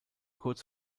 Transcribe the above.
kurz